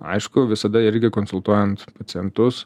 aišku visada irgi konsultuojant pacientus